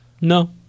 No